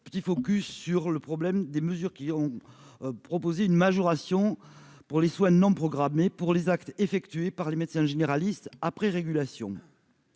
petit focus sur le problème des mesures qui ont proposé une majoration pour les soins non programmés pour les actes effectués par les médecins généralistes après régulation,